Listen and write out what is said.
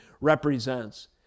represents